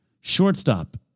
Shortstop